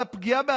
להקפיא.